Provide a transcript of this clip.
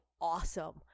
awesome